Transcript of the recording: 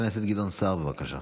חבר הכנסת גדעון סער, בבקשה.